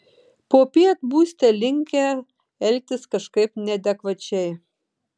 popiet būsite linkę elgtis kažkaip neadekvačiai